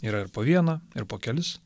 yra ir po vieną ir po kelis